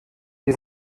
wir